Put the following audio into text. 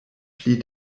pli